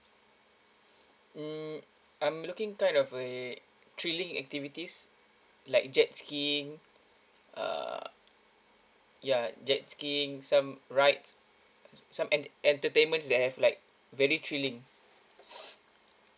mm I'm looking kind of thrilling activities like jet skiing uh ya jet skiing some rides some ent~ entertainment that have like very thrilling